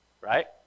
right